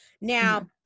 now